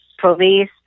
Police